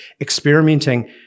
experimenting